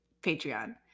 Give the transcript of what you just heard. Patreon